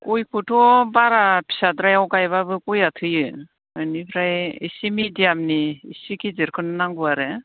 गयखौथ' बारा फिसाद्रायाव गायबाबो गयआ थैयो बेनिफ्राय एसे मेडियामनि एसे गिदिरखौनो नांगौ आरो